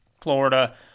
Florida